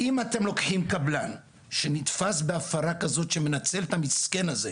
אם אתם לוקחים קבלן שנתפס בהפרה כזו שמנצלת את המסכן הזה,